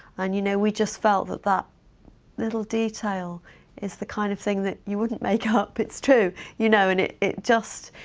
and, you know, we just felt that that little detail is the kind of thing that you wouldn't make up. it's true. you know, and it it just.